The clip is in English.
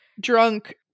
drunk